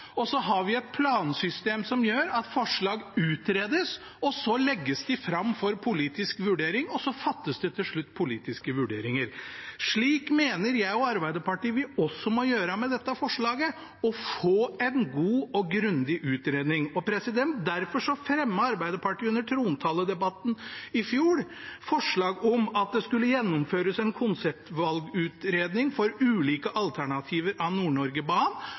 Så har vi et plansystem som gjør at forslag utredes, og så legges de fram for politisk vurdering, og så fattes det til slutt politiske vedtak. Slik mener jeg og Arbeiderpartiet vi også må gjøre med dette forslaget, å få en god og grundig utredning. Derfor fremmet Arbeiderpartiet under trontaledebatten i fjor forslag om at det skulle gjennomføres en konseptvalgutredning for ulike alternativer av